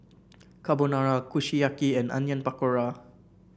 Carbonara Kushiyaki and Onion Pakora